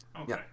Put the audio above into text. Okay